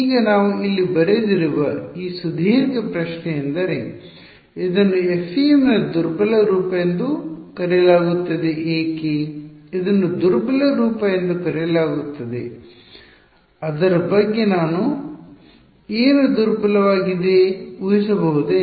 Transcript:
ಈಗ ನಾವು ಇಲ್ಲಿ ಬರೆದಿರುವ ಈ ಸುದೀರ್ಘ ಪ್ರಶ್ನೆಯೆಂದರೆ ಇದನ್ನು FEM ನ ದುರ್ಬಲ ರೂಪ ಎಂದು ಕರೆಯಲಾಗುತ್ತದೆ ಏಕೆ ಇದನ್ನು ದುರ್ಬಲ ರೂಪ ಎಂದು ಕರೆಯಲಾಗುತ್ತದೆಅದರ ಬಗ್ಗೆ ಏನು ದುರ್ಬಲವಾಗಿದೆ ಉಹಿಸಬಹುದೆ